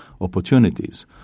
opportunities